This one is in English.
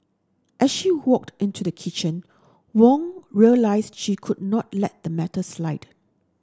as she walked into the kitchen Wong realised she could not let the matter slide